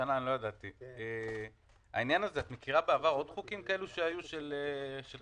את מכירה בעבר עוד חוקים כאלה שהיו של חברות